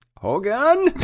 Hogan